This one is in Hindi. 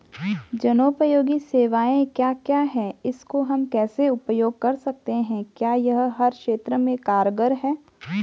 जनोपयोगी सेवाएं क्या क्या हैं इसको हम कैसे उपयोग कर सकते हैं क्या यह हर क्षेत्र में कारगर है?